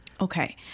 Okay